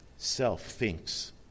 self-thinks